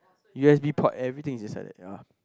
U_S B port everything is inside yeah